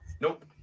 Nope